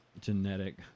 Genetic